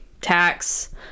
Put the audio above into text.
tax